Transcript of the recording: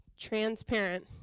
Transparent